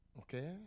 Okay